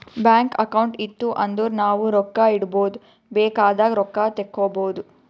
bank account ಇತ್ತು ಅಂದುರ್ ನಾವು ರೊಕ್ಕಾ ಇಡ್ಬೋದ್ ಬೇಕ್ ಆದಾಗ್ ರೊಕ್ಕಾ ತೇಕ್ಕೋಬೋದು